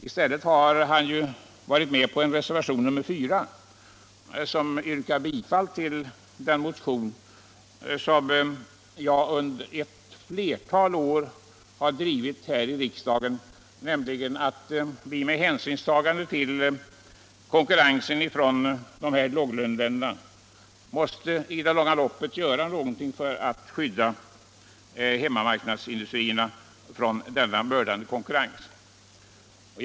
I stället har han varit med på reservation nr4, i vilken reservanterna tillstyrker förslaget, som jag har drivit här i riksdagen i ett flertal år, att vi i det långa loppet måste göra något för att skydda våra hemmamarknadsindustrier från den mördande konkurrensen från låglöneländerna. Vi behöver inte gräla om detta.